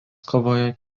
kovojo